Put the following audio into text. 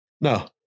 No